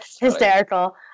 hysterical